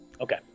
Okay